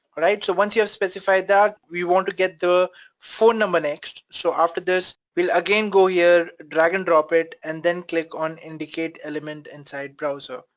alright? so once you've specified that, we want to get the phone number next. so after this, we'll again go here, drag and drop it and then click on indicate element inside browser,